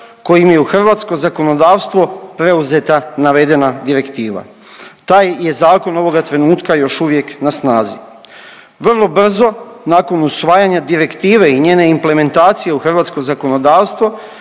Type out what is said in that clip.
kojim je u hrvatsko zakonodavstvo preuzeta navedena direktiva. Taj je Zakon ovoga trenutka još uvijek na snazi. Vrlo brzo nakon usvajanje direktive i njene implementacije u hrvatsko zakonodavstvo